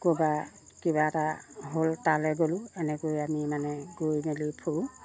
ক'ৰবাৰ কিবা এটা হ'ল তালৈ গ'লোঁ এনেকৈ আমি মানে গৈ মেলি ফুুৰোঁ